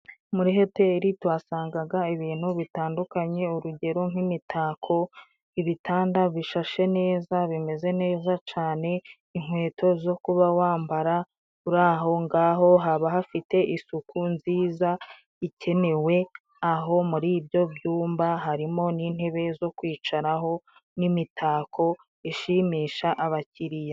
Muri hoteli tuhasangaga ibintu bitandukanye: urugero nk'imitako, ibitanda bishashe neza bimeze neza cane. Inkweto zo kuba wambara uri aho ngaho. Haba hafite isuku nziza ikenewe aho muri ibyo byumba harimo n'intebe zo kwicaraho nk'imitako ishimisha abakiriya.